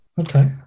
okay